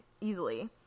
easily